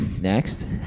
Next